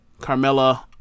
Carmella